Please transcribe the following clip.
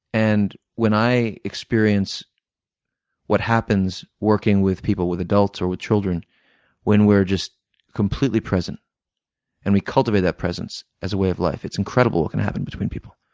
and when i experience what happens working with people with adults or with children when we're just completely present and we cultivate that presence as a way of life, it's incredible what can happen between people.